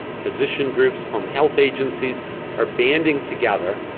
physician groups, home health agencies are banding together,